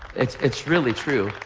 it's it's really true.